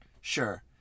Sure